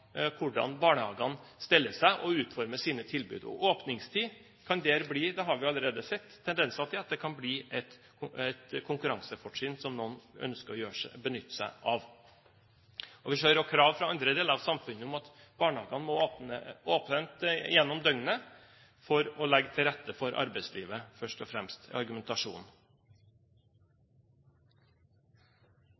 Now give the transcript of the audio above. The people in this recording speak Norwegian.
hvordan barnehagene steller seg og utformer sine tilbud. Åpningstid kan der – det har vi allerede sett tendenser til – bli et konkurransefortrinn som noen ønsker å benytte seg av. Vi ser også krav fra andre deler av samfunnet om at barnehagene må ha åpent gjennom døgnet for å legge til rette for arbeidslivet først og fremst.